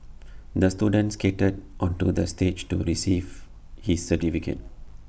the students skated onto the stage to receive his certificate